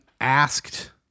asked